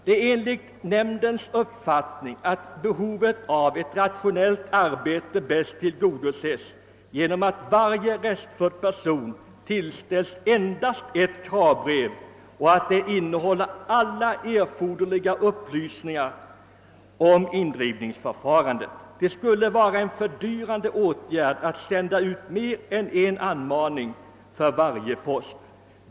Det är EON:s uppfattning, att behovet av ett rationellt arbete bäst tillgodoses genom att varje restförd person tillställs endast ett kravbrev och att det innehåller alla erforderliga upplysningar om indrivningsförfarandet. Det skulle vara en fördyrande åtgärd att sända ut mer än en anmaning för varje post.